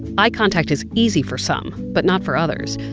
eye contact is easy for some, but not for others.